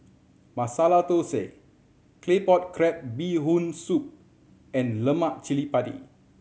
Masala Thosai Claypot Crab Bee Hoon Soup and lemak cili padi